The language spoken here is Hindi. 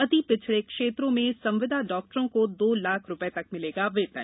अति पिछड़े क्षेत्रों में संविदा डॉक्टरों को दो लाख रुपये तक मिलेगा वेतन